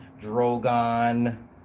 Drogon